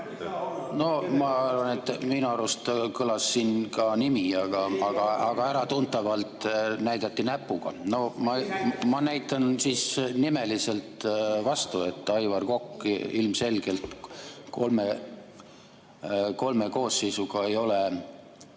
Jah, no minu arust kõlas siin ka nimi, aga äratuntavalt näidati näpuga. Noh, ma näitan siis nimeliselt vastu. Aivar Kokk ilmselgelt kolme koosseisuga ei ole